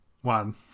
one